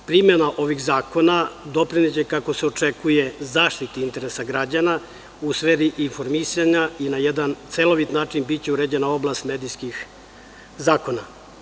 Primena ovih zakona doprineće kako se očekuje zaštiti interesa građana, u sferi informisanja i na jedan celovit način biće uređena oblast medijskih zakona.